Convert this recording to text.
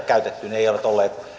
käytetty ne eivät